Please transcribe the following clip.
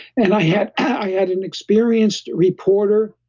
and i had i had an experienced reporter,